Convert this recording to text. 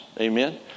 Amen